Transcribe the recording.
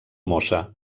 mosa